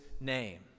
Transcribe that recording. name